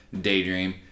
Daydream